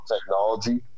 technology